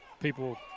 people